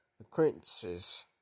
acquaintances